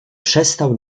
przestał